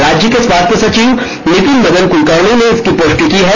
राज्य के स्वास्थ्य सचिव नितिन मदन कुलकर्णी ने इसकी पुष्टि की है